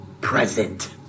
present